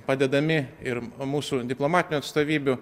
padedami ir mūsų diplomatinių atstovybių